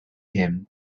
him